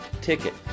ticket